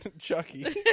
chucky